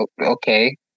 okay